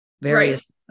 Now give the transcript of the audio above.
various